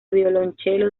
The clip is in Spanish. violonchelo